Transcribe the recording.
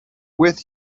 with